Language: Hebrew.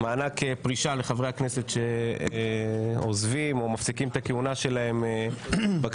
-- מענק פרישה לחברי הכנסת שעוזבים או מפסיקים את הכהונה שלהם בכנסת.